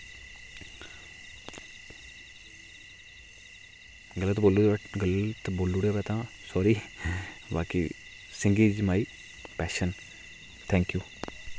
गलत बोली ओड़ग तां सॉरी बाकी singing is my passion thank U